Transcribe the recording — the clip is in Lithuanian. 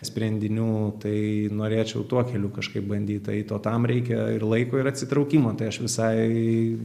sprendinių tai norėčiau tuo keliu kažkaip bandyt eit o tam reikia ir laiko ir atsitraukimo tai aš visai